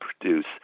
produce